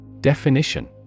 Definition